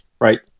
right